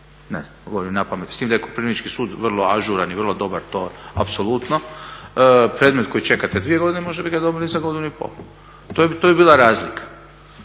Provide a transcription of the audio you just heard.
ne znam govorim napamet s tim da je Koprivnički sud vrlo ažuran i vrlo dobar to je apsolutno, predmet koji čekate 2 godine možda bi ga dobili za godinu i pol. To bi bila razlika.